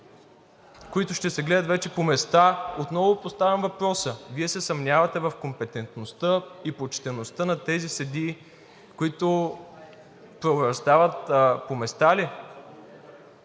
които ще се гледат вече по места, отново поставям въпроса: Вие се съмнявате в компетентността и почтеността на тези съдии, които правораздават по места ли?!